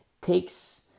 takes